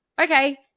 okay